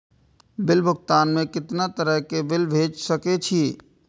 Bill भुगतान में कितना तरह के बिल भेज सके छी?